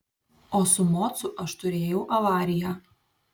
o su mocu aš turėjau avariją